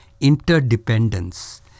interdependence